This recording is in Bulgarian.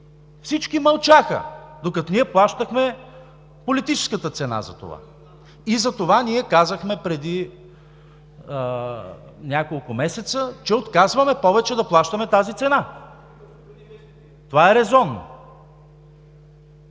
всички мълчаха, докато ние плащахме политическата цена за това. И затова ние казахме преди няколко месеца, че отказваме повече да плащаме тази цена. Това е резонно.